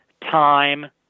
time